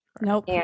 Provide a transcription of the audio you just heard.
Nope